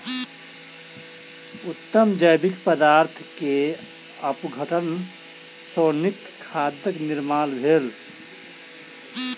उत्तम जैविक पदार्थ के अपघटन सॅ नीक खादक निर्माण भेल